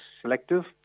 selective